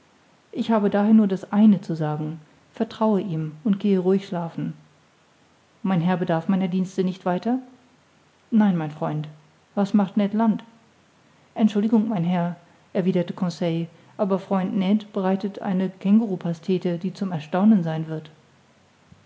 ich habe daher nur das eine zu sagen vertraue ihm und gehe ruhig schlafen mein herr bedarf meiner dienste nicht weiter nein mein freund was macht ned land entschuldigung mein herr erwiderte conseil aber freund ned bereitet eine känguru pastete die zum erstaunen sein wird